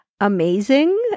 amazing